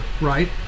right